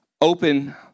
Open